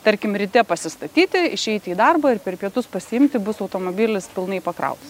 tarkim ryte pasistatyti išeiti į darbą ir per pietus pasiimti bus automobilis pilnai pakrautas